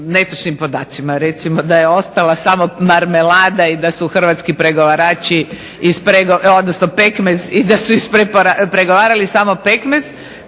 netočnim podacima. Recimo da je ostala samo marmelada i da su hrvatski pregovarači odnosno pekmez i da su ispregovarali samo pekmez,